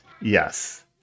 Yes